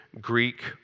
Greek